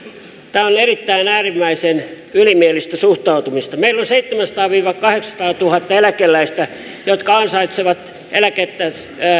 tämä on erittäin äärimmäisen ylimielistä suhtautumista meillä on seitsemänsataatuhatta viiva kahdeksansataatuhatta eläkeläistä jotka ansaitsevat eläkettä